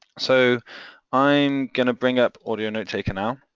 so i'm gonna bring up audio notetaker now.